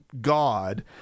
god